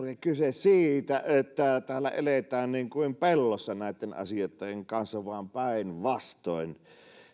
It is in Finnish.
ollut kyse siitä että täällä eletään niin kuin pellossa näitten asioitten kanssa vaan päinvastoin